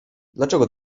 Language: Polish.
dlaczego